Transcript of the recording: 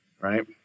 right